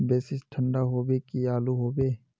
बेसी ठंडा होबे की आलू होबे